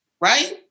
right